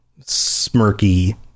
smirky